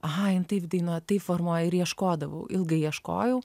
aha jinai taip dainuoja taip formuoja ir ieškodavau ilgai ieškojau